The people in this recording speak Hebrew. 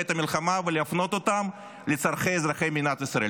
בעת המלחמה ולהפנות אותם לצורכי אזרחי מדינת ישראל.